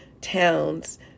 towns